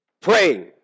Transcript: praying